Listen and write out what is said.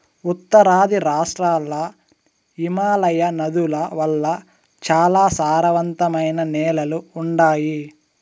ఉత్తరాది రాష్ట్రాల్ల హిమాలయ నదుల వల్ల చాలా సారవంతమైన నేలలు ఉండాయి